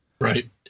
Right